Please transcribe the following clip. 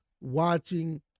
watching